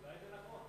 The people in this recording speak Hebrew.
אולי זה נכון.